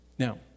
Now